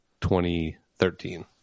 2013